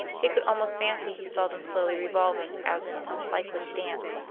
he could almost fancy he saw them slowly revolving as in some cyclic dance,